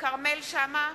כרמל שאמה,